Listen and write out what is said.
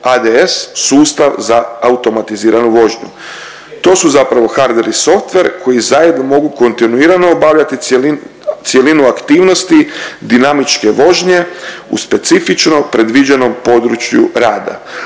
ADS sustav za automatiziranu vožnju. To su zapravo hardver i softver koji zajedno mogu kontinuirano obavljati cjel… cjelinu aktivnosti dinamičke vožnje u specifično predviđenom području rada.